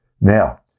Now